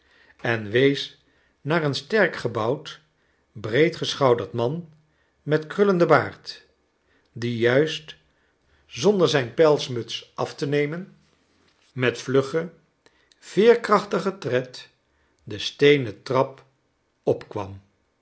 en wees naar een sterk gebouwd breedgeschouderd man met krullenden baard die juist zonder zijn pelsmuts af te nemen met vluggen veerkrachtigen tred de steenen trap op